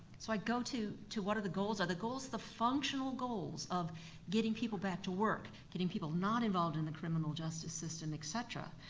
so i go to to what are the goals, are the goals the functional goals of getting people back to work, getting people not involved in the criminal justice system, et cetera?